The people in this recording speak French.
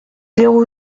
zéro